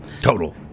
Total